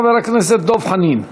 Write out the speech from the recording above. חבר הכנסת דב חנין.